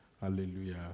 Hallelujah